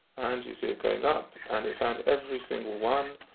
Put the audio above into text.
and you see it going up, and it found every single one!